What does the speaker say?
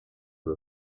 for